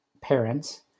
parents